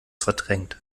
verdrängt